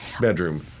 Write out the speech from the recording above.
bedroom